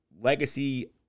Legacy